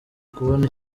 kubona